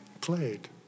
played